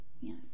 yes